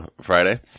Friday